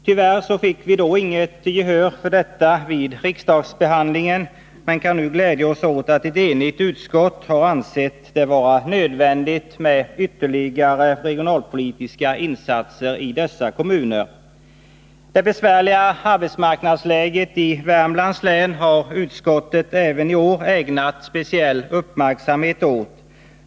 Tyvärr fick vi då inget gehör för detta vid riksdagsbehandlingen, men vi kan nu glädja oss åt att ett enigt utskott ansett det vara nödvändigt med ytterligare regionalpolitiska insatser i dessa kommuner. Det besvärliga arbetsmarknadsläget i Värmlands län har utskottet även i år ägnat speciell uppmärksamhet.